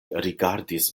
rigardis